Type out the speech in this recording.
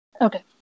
Okay